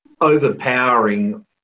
overpowering